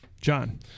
John